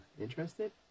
interested